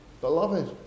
Beloved